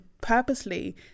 purposely